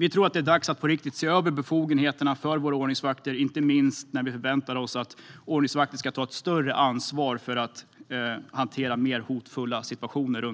Vi tror att det är dags att på riktigt se över befogenheterna för våra ordningsvakter, inte minst när vi förväntar oss att ordningsvakter ska ta ett större ansvar för att hantera hotfulla situationer.